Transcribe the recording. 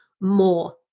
more